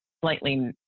slightly